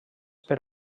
per